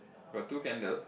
got two candle